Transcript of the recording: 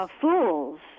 fools